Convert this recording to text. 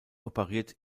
operiert